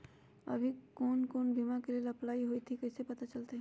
अभी कौन कौन बीमा के लेल अपलाइ होईत हई ई कईसे पता चलतई?